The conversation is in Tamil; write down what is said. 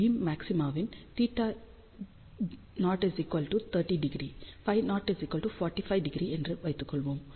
பீம் மாக்ஸிமாவை θ0 30° Φ0 45° என்று வைத்துக்கொள்வோம்